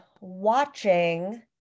watching